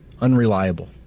unreliable